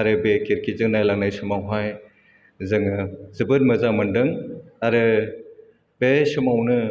आरो बे खिरखिजों नायलांनाय समावहाय जोङो जोबोद मोजां मोनदों आरो बे समावनो